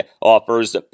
offers